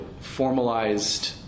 formalized